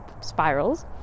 spirals